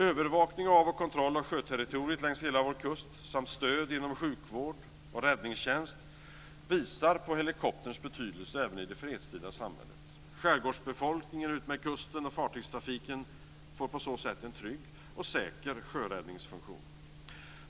Övervakning av och kontroll av sjöterritoriet längs hela vår kust samt stöd inom sjukvård och räddningstjänst visar på helikopterns betydelse även i det fredstida samhället. Skärgårdsbefolkningen utmed kusten och fartygstrafiken får på så sätt en trygg och säker sjöräddningsfunktion.